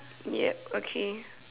yup okay